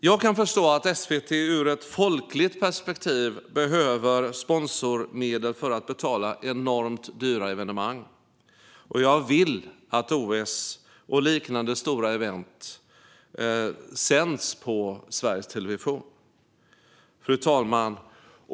Jag kan därför förstå att SVT ur ett folkligt perspektiv behöver sponsormedel för att betala enormt dyra evenemang, och jag vill att OS och liknande stora evenemang sänds på Sveriges Television. Fru talman!